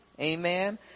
Amen